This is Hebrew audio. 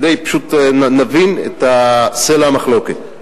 כדי שפשוט נבין את סלע המחלוקת.